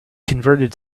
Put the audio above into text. converted